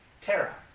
Terra